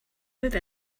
move